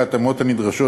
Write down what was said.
בהתאמות הנדרשות,